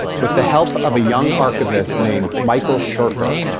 with the help of a young archivist named michael shirker,